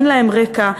אין להם רקע,